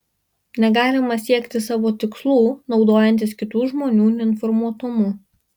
negalima siekti savo tikslų naudojantis kitų žmonių neinformuotumu